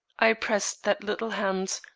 i pressed that little hand,